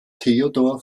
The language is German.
theodor